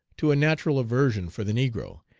to a natural aversion for the negro,